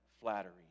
flattery